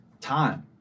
time